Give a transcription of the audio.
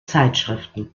zeitschriften